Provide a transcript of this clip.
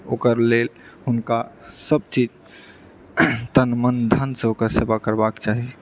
ओकर लेल हुनका सभ चीज तन मन धनसँ ओकर सेवा करबाक चाही